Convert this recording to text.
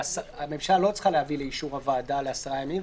הממשלה לא צריכה להביא לאישור הוועדה לעשרה ימים,